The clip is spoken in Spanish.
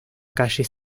calle